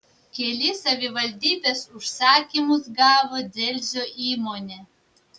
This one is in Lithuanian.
kelis savivaldybės užsakymus gavo dzelzio įmonė